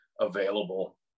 available